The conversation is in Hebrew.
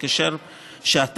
הפסולת,